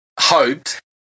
hoped